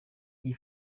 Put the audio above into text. iyi